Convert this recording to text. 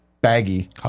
baggy